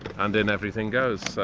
and in everything goes.